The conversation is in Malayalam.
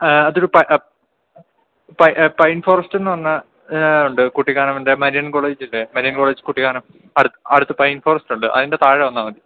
അതൊരു പൈൻ ഫോറസ്റ്റ് എന്ന് പറഞ്ഞാൽ ഉണ്ട് കുട്ടിക്കാനംൻ്റെ മരിയൻ കോളേജില്ലെ മരിയൻ കോളേജ് കുട്ടിക്കാനം അടുത്ത് പൈൻ ഫോറസ്റ്റ് ഉണ്ട് അതിൻ്റെ താഴെ വന്നാൽ മതി